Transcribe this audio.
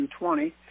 2020